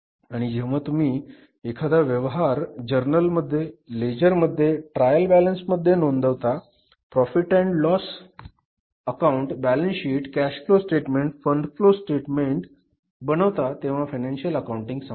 आणि जेव्हा तुम्ही एखादा व्यवहार जर्नल मध्ये लेजर मध्ये ट्रायल बॅलन्स मध्ये नोंदवता profit and loss account balance sheet cash flow statement fund flow statement बनवता तेव्हा फायनान्शिअल अकाउंटिंग संपते